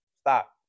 stop